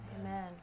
Amen